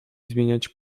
zmieniać